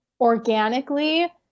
organically